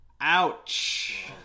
Ouch